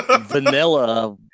vanilla